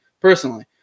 personally